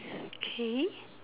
okay